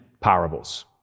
parables